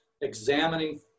examining